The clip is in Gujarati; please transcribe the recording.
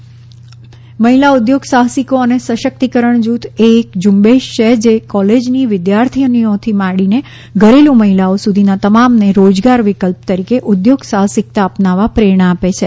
મહિલા ઉદ્યોગ સાહસિકો મહિલા ઉદ્યોગ સાહસિકો અને સશક્તિકરણ જૂથ એ એક ઝુંબેશ છે જે કોલેજની વિદ્યાર્થીનીઓથી માંડીને ઘરેલુ મહિલાઓ સુધીના તમામને રોજગાર વિકલ્પ તરીકે ઉદ્યોગ સાહસિકતા અપનાવવા પ્રેરણા આપે છે